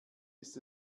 ist